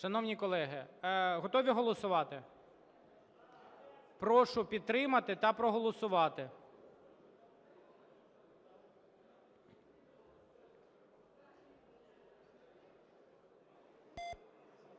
Шановні колеги, готові голосувати? Прошу підтримати та проголосувати.